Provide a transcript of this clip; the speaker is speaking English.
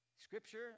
Scripture